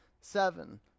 seven